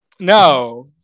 No